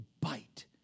bite